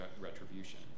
retribution